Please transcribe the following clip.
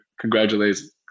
Congratulations